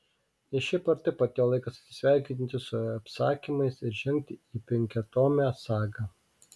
nes šiaip ar taip atėjo laikas atsisveikinti su apsakymais ir žengti į penkiatomę sagą